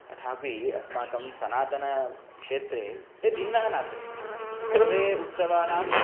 तथापि अस्माकं सनातनक्षेत्रे ते भिन्नः न सन्ति सर्वे उत्सवानां